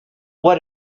what